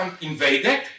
invaded